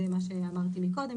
זה מה שאמרתי קודם.